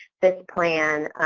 this plan